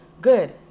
good